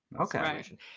Okay